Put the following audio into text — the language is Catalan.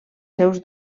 seus